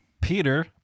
Peter